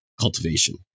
cultivation